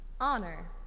honor